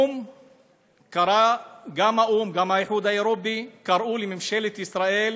גם האו"ם וגם האיחוד האירופי קראו לממשלת ישראל